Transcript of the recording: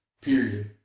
period